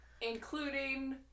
Including